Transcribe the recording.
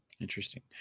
Interesting